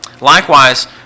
Likewise